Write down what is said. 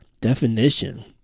definition